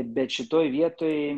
bet šitoj vietoj